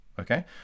okay